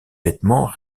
vêtements